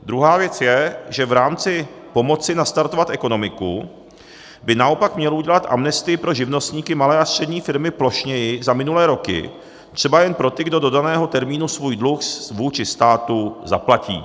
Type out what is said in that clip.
Druhá věc je, že v rámci pomoci nastartovat ekonomiku by naopak měl udělat amnestii pro živnostníky, malé a střední firmy plošněji za minulé roky, třeba jen pro ty, kdo do daného termínu svůj dluh vůči státu zaplatí.